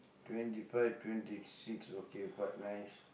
twenty five twenty six okay quite nice